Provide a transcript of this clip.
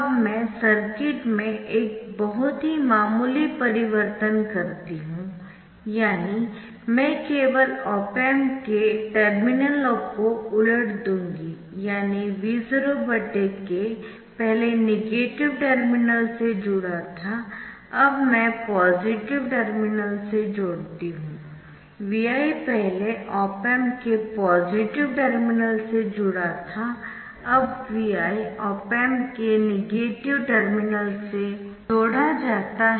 अब मैं सर्किट में एक बहुत ही मामूली परिवर्तन करती हूँ यानी मैं केवल ऑप एम्प के टर्मिनलों को उलट दूंगी यानी V0 k पहले नेगेटिव टर्मिनल से जुड़ा था अब मैं पॉजिटिव टर्मिनल सेजोड़ती हूं Vi पहले ऑप एम्प के पॉजिटिव टर्मिनल से जुड़ा था अब Vi ऑप एम्प के नेगेटिव टर्मिनल से जोड़ा जाता है